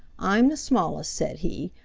i'm the smallest, said he.